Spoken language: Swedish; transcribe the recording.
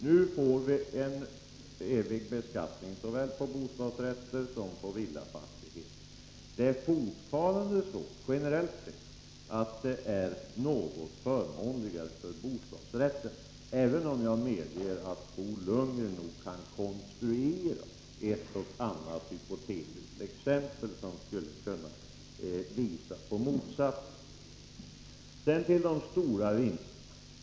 Nu får vi en evig beskattning såväl på bostadsrätter som på villafastigheter. Det är fortfarande, generellt sett, så att beskattningen är något förmånligare när det gäller bostadsrätterna, även om jag medger att Bo Lundgren nog kan konstruera ett och annat hypotetiskt exempl som skulle kunna visa på motsatsen. Sedan till detta med de stora vinsterna.